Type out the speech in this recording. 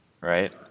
right